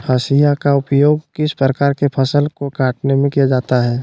हाशिया का उपयोग किस प्रकार के फसल को कटने में किया जाता है?